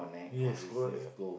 yes correct